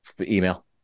Email